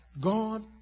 God